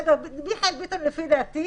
מיכאל ביטון לפי דעתי